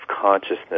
consciousness